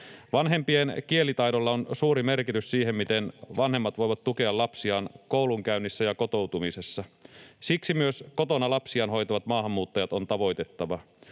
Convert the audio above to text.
Vanhempien kielitaidolla on suuri merkitys siihen, miten vanhemmat voivat tukea lapsiaan koulunkäynnissä ja kotoutumisessa. Siksi myös kotona lapsiaan hoitavat maahanmuuttajat on tavoitettava.